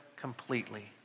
Completely